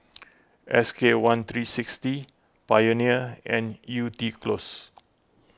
S K one three sixty Pioneer and Yew Tee Close